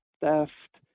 theft